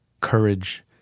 courage